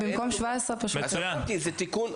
במקום 17. מצוין, תודה.